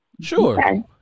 Sure